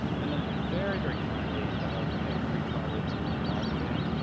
and then very, very kindly we have three colleagues who will be moderating.